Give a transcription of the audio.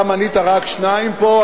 אתה מנית רק שניים פה,